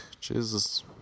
Jesus